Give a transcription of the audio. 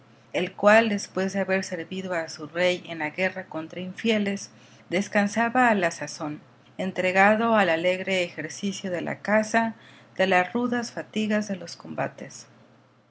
el cual después de haber servido a su rey en la guerra contra infieles descansaba a la sazón entregado al alegre ejercicio de la caza de las rudas fatigas de los combates